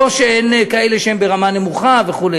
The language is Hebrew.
לא שאין כאלה שהן ברמה נמוכה וכו',